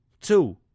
Two